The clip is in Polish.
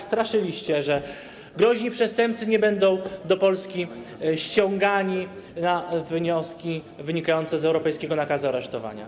Straszyliście, że groźni przestępcy nie będą do Polski ściągani na wnioski wynikające z europejskiego nakazu aresztowania.